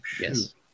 Yes